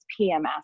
PMS